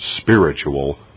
spiritual